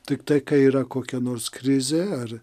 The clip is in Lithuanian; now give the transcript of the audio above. tiktai kai yra kokia nors krizė ar